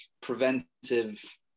preventive